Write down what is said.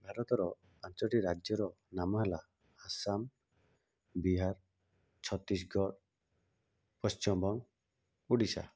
ଭାରତର ପାଞ୍ଚଟି ରାଜ୍ୟର ନାମ ହେଲା ଆସାମ ବିହାର ଛତିଶଗଡ଼ ପଶ୍ଚିମବଙ୍ଗ ଓଡ଼ିଶା